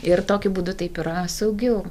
ir tokiu būdu taip yra saugiau